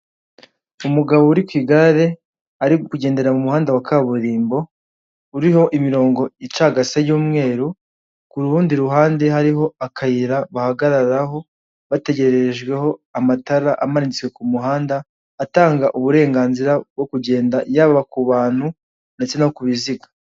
Umugabo uri ku igare ari kugendera mu muhanda wa kaburimbo, uriho imirongo icagase y'umweru, ku rundi ruhande hariho akayira bahagararaho bategererejeho amatara amanitse ku muhanda, atanga uburenganzira bwo kugenda yaba ku bantu ndetse no ku biziga.